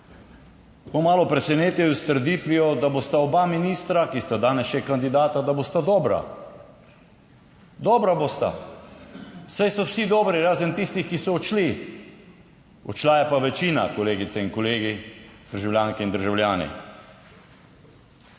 Bom malo presenetil s trditvijo, da bosta oba ministra, ki sta danes še kandidata, da bosta dobra. Dobra bosta, saj so vsi dobri, razen tistih, ki so odšli. Odšla je pa večina, kolegice in kolegi, državljanke in državljani.